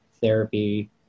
therapy